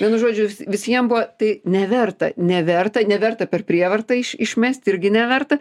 vienu žodžiu visiem buvo tai neverta neverta neverta per prievartą išmest irgi neverta